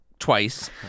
Twice